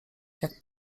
jak